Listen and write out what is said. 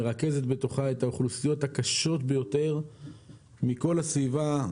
שמרכזת בתוכה את האוכלוסיות הקשות ביותר מכל הסביבה,